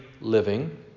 living